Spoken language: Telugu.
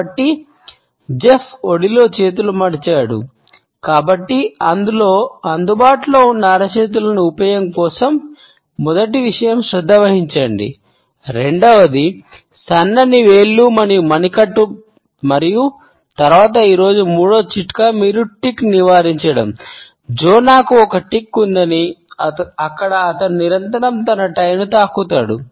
కాబట్టి జెఫ్ తాకుతాడు